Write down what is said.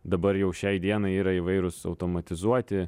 dabar jau šiai dienai yra įvairūs automatizuoti